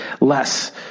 less